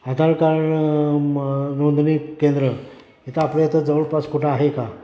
हाताळ कार मग नोंदणी केंद्र इथं आपल्या इथं जवळपास कुठं आहे का